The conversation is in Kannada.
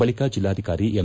ಬಳಿಕ ಜಿಲ್ಲಾಧಿಕಾರಿ ಎಂ